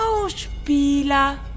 Schauspieler